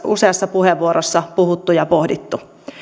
useassa puheenvuorossa niistä puhuttu ja niitä pohdittu